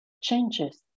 changes